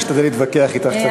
אני אשתדל להתווכח אתך,